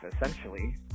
essentially